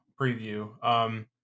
preview